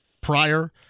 prior